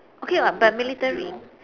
okay what but military